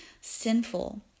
sinful